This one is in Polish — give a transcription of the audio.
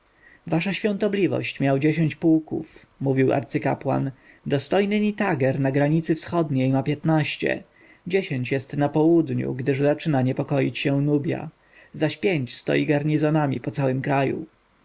wasza świątobliwość miał dziesięć pułków mówił arcykapłan dostojny nitager na granicy wschodniej ma piętnaście dziesięć jest na południu gdyż zaczyna się niepokoić nubja zaś pięć stoi garnizonami po całym kraju